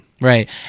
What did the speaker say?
right